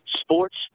sports